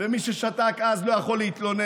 מי ששתק אז לא יכול להתלונן,